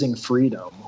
freedom